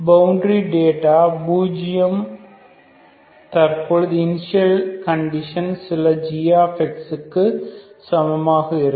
boundary data பூஜ்ஜியம் தற்பொழுது initial condition சில g இக்கு சமமாக இருக்கும்